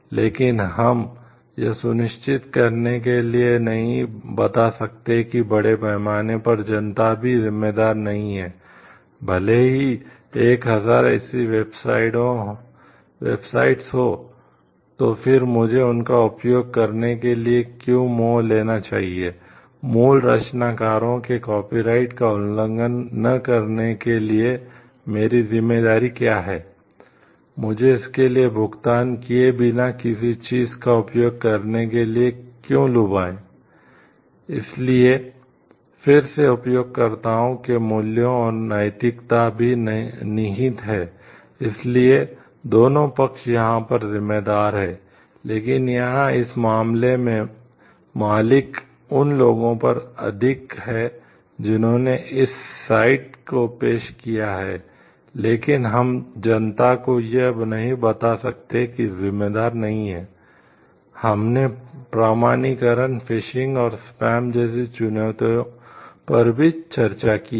लेकिन हम यह सुनिश्चित करने के लिए नहीं बता सकते कि बड़े पैमाने पर जनता भी जिम्मेदार नहीं है भले ही 1000 ऐसी वेबसाइटें का उल्लंघन न करने के लिए मेरी जिम्मेदारी क्या है मुझे इसके लिए भुगतान किए बिना किसी चीज़ का उपयोग करने के लिए क्यों लुभाएं इसलिए फिर से उपयोगकर्ताओं के मूल्यों और नैतिकता भी निहित है इसलिए दोनों पक्ष यहां पर जिम्मेदार हैं लेकिन यहां इस मामले में मालिक उन लोगों पर अधिक हैं जिन्होंने इस साइट जैसी चुनौतियों पर भी चर्चा की है